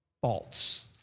faults